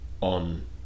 on